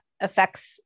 affects